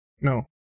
No